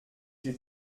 j’ai